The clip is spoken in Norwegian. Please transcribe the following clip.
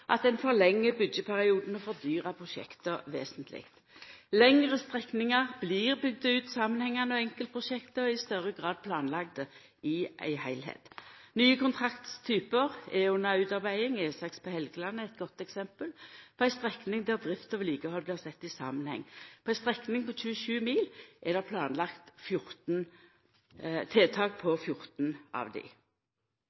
at ein forlengjer byggjeperioden og fordyrar prosjekta vesentleg. Lengre strekningar blir bygde ut samanhengande, og enkeltprosjekta er i større grad planlagde i ein heilskap. Nye kontraktstypar er under utarbeiding. E6 på Helgeland er eit godt eksempel på ei strekning der drift og vedlikehald blir sedde i samanheng. På ei strekning på 27 mil er det planlagt tiltak på